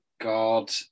god